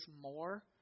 more